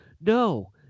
no